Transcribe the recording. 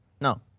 No